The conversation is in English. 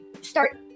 start